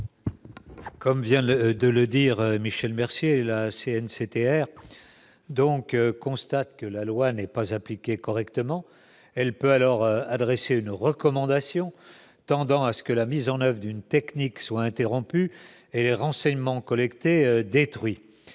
Comme vient de le dire Michel Mercier, la CNCTR constate que la loi n'est pas appliquée correctement. Elle peut ensuite adresser une recommandation tendant à ce que la mise en oeuvre d'une technique soit interrompue et les renseignements collectés détruits.